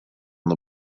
the